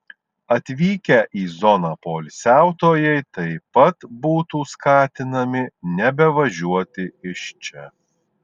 atvykę į zoną poilsiautojai taip pat būtų skatinami nebevažiuoti iš čia